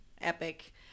epic